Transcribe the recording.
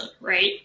right